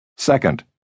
Second